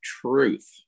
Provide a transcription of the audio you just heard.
truth